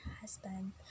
husband